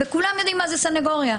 כולם יודעים מה זה סנגוריה,